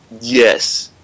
yes